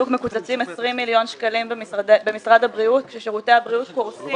מקוצצים 20 מיליון שקלים במשרד הבריאות כששירותי הבריאות קורסים,